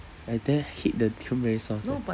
I tell you I hate the cranberry sauce eh